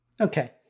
Okay